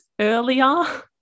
earlier